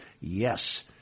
Yes